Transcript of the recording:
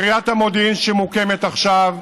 וגם קריית המודיעין מוקמת עכשיו,